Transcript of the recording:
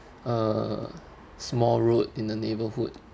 a small road in the neighbourhood